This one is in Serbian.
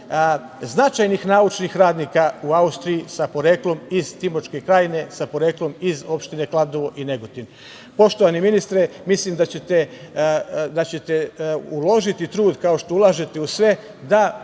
značajnih naučnih radnika u Austriji sa poreklom iz Timočke krajine, sa poreklom iz opštine Kladovo i Negotin. Poštovani ministre, mislim da ćete uložiti trud, kao što u sve ulažete, da